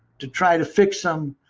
to try to fix them,